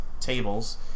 tables